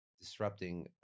disrupting